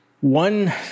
One